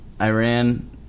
Iran